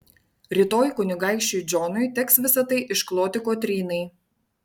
rytoj kunigaikščiui džonui teks visa tai iškloti kotrynai